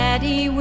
Daddy